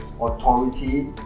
authority